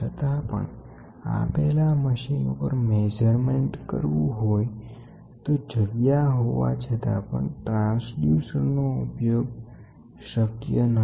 છતાં પણ આપેલા મશીન ઉપર મેજરમેન્ટ કરવું હોય તો જગ્યા હોવા છતાં પણ ટ્રાન્સડ્યુસર નો ઉપયોગ શક્ય નથી